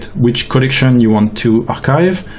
which collection you want to archive,